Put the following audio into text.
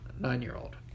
nine-year-old